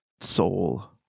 soul